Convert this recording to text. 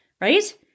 right